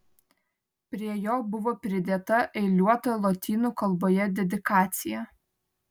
prie jo buvo pridėta eiliuota lotynų kalboje dedikacija